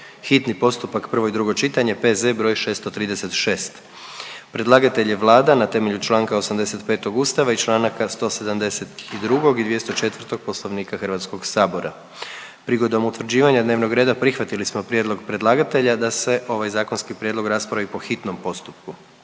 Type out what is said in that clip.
hitni postupak, prvo i drugo čitanje, P.Z. br. 636 Predlagatelj je Vlada na temelju čl. 85. Ustava i čl. 172. i 204. Poslovnika Hrvatskog sabora. Prigodom utvrđivanja dnevnog reda prihvatili smo prijedlog predlagatelja da se ovaj zakonski prijedlog raspravi po hitnom postupku.